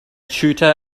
shweta